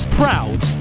proud